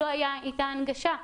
לא הייתה הנגשה.